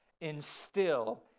instill